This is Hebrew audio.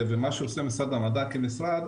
ומה שעושה משרד המדע כמשרד,